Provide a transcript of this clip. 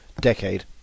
decade